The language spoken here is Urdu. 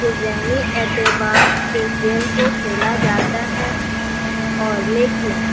کہ ذہنی اعتبار سے گیم کو کھیلا جاتا ہے اور لیکن